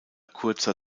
kurzer